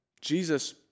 Jesus